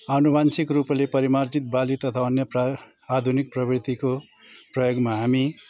अनुवांशिक रूपले परिमार्जित बाली तथा अन्य प्रायः आधुनिक प्रवृतिको प्रयोगमा हामी